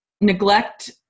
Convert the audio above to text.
neglect